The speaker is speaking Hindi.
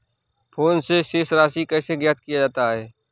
फोन से शेष राशि कैसे ज्ञात किया जाता है?